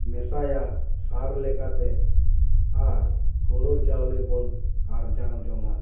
ᱢᱮᱥᱟᱭᱟ ᱥᱟᱨ ᱞᱮᱠᱟᱛᱮ ᱟᱨ ᱦᱩᱲᱩ ᱪᱟᱣᱞᱮ ᱵᱚᱱ ᱟᱨᱡᱟᱣ ᱡᱚᱝᱟ